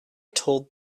told